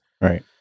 Right